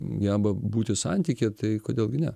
geba būti santykyje tai kodėl gi ne